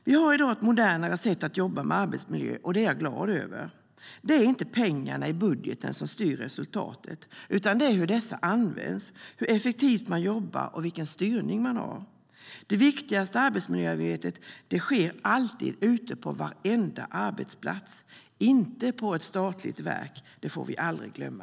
Vi har i dag ett modernare sätt att jobba med arbetsmiljö, och det är jag glad över. Det är inte pengarna i budgeten som styr resultatet utan hur de används, hur effektivt man jobbar och vilken styrning man har. Det viktigaste arbetsmiljöarbetet sker alltid ute på varenda arbetsplats, inte på ett statligt verk. Det får vi aldrig glömma.